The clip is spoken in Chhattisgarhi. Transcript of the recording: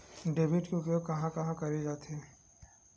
डेबिट के उपयोग कहां कहा करे जाथे?